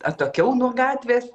atokiau nuo gatvės